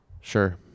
Sure